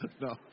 No